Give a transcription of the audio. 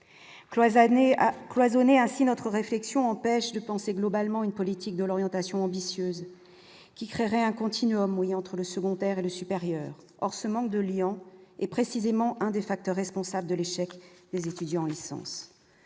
cloisonner ainsi notre réflexion empêche de penser globalement une politique de l'orientation ambitieuse qui créerait un continuum y entrent le secondaire et le supérieur, or ce manque de liant et précisément un des facteurs responsables de l'échec des étudiants en licence,